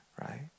right